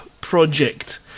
project